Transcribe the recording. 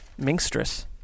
minstress